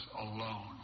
alone